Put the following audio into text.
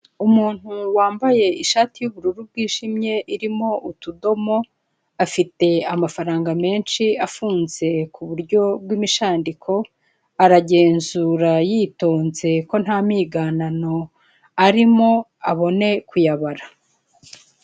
Umuntu wambaye ishati y'ubururu bwijimye irimo utudomo, afite amafaranga menshi afunze ku buryo bw'imishandiko, aragenzura yitonze ko nta miganano arimo, abone kuyabara.